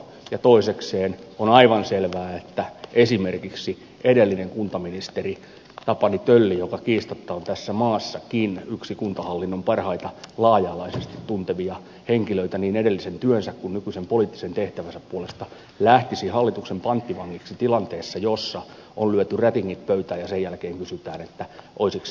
ja toisekseen on aivan selvää että esimerkiksi edellinen kuntaministeri tapani tölli joka kiistatta on tässä maassakin yksi kuntahallinnon parhaita laaja alaisesti tuntevia henkilöitä niin edellisen työnsä kuin nykyisen poliittisen tehtävänsä puolesta lähtisi hallituksen panttivangiksi tilanteessa jossa on lyöty rätingit pöytään ja sen jälkeen kysytään että oisiks sää mun kaa